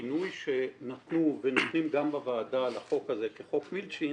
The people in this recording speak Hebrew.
אני חושב שהכינוי שנתנו ונותנים גם בוועדה לחוק הזה כ"חוק מילצ'ן"